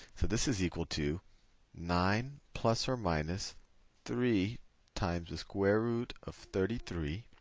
so this is equal to nine plus or minus three times the square root of thirty three,